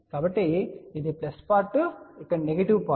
కాబట్టి ఇది plus part ఇక్కడ నెగెటివ్ పార్ట్